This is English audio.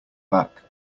back